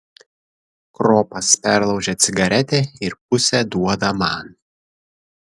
kropas perlaužia cigaretę ir pusę duoda man